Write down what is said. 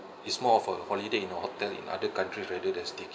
it's more of a holiday in a hotel in other countries rather than staycation